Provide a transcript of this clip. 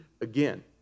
again